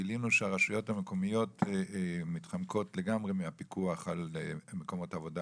גילינו שהרשויות המקומיות מתחמקות לגמרי מהפיקוח על מקומות עבודה